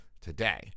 today